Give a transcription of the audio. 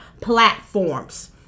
platforms